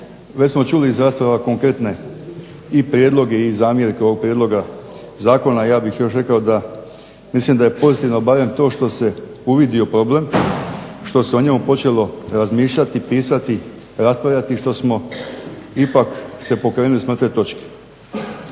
Već smo čuli iz rasprava konkretne i prijedloge i zamjerke ovog prijedloga zakona, a ja bih još rekao da mislim da je pozitivno barem to što se uvidio problem, što se o njemu počelo razmišljati, pisati, raspravljati i što smo ipak se pokrenuli s mrtve točke.